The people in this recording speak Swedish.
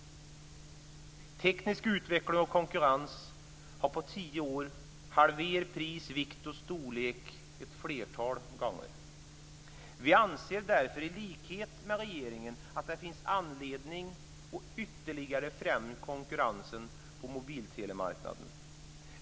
Teknisk utveckling och konkurrens har på tio år halverat pris, vikt och storlek flera gånger om. Vi anser därför, i likhet med regeringen, att det finns anledning att ytterligare främja konkurrensen på mobiltelemarknaden.